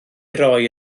roi